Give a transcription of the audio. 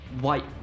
white